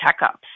checkups